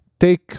Take